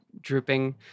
drooping